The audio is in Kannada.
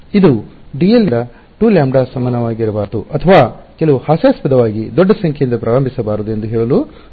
ಇದು d l ನಿಂದ 2λ ಸಮನಾಗಿರಬಾರದು ಅಥವಾ ಕೆಲವು ಹಾಸ್ಯಾಸ್ಪದವಾಗಿ ದೊಡ್ಡ ಸಂಖ್ಯೆಯಿಂದ ಪ್ರಾರಂಭಿಸಬಾರದು ಎಂದು ಹೇಳಲು ಮಾತ್ರ